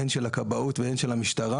הן של הכבאות והן של המשטרה.